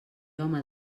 home